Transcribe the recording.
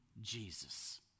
Jesus